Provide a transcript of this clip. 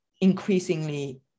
increasingly